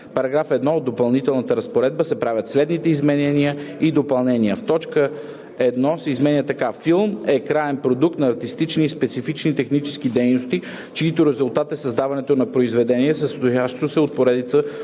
36. В § 1 от допълнителната разпоредба се правят следните изменения и допълнения: 1. Точка 1 се изменя така: „1. „Филм“ е краен продукт на артистични и специфични технически дейности, чийто резултат е създаването на произведение, състоящо се от поредица